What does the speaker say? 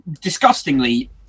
disgustingly